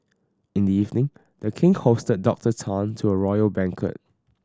in the evening The King hosted Doctor Tan to a royal banquet